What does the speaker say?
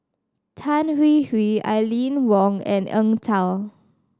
Tan Hwee Hwee Aline Wong and Eng Tow